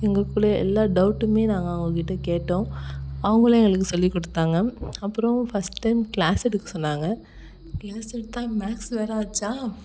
எங்கக்குள்ளேயே எல்லா டௌட்டுமே நாங்கள் அவங்கக்கிட்ட கேட்டோம் அவங்களும் எங்களுக்கு சொல்லிக் கொடுத்தாங்க அப்புறம் ஃபர்ஸ்ட் டைம் க்ளாஸ் எடுக்க சொன்னாங்க க்ளாஸ் எடுத்தால் மேக்ஸ் வேற ஆச்சா